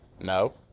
No